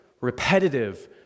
repetitive